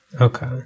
Okay